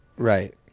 Right